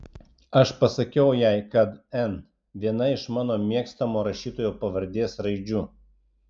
aš pasakiau jai kad n viena iš mano mėgstamo rašytojo pavardės raidžių